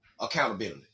accountability